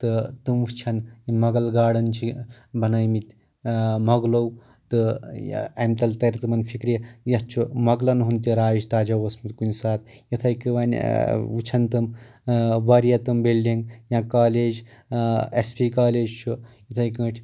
تہٕ تِم وٕچھن یِم مۄگل گاڈن چھِ بنٲے مٕتۍ مۄگلو تہٕ یا امہِ تلہٕ ترِ تِمن فکرِ یتھ چھُ مۄگلن ہُنٛد تہِ راج تاجا اوسمُت کُنہِ ساتہٕ یِتھٕے کٔنۍ وۄنۍ وٕچھن تِم واریاہ تِم بِلڈنٛگ یا کالیج اٮ۪س پی کالیج چھُ یِتھٕے کٲٹھۍ